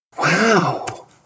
Wow